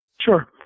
Sure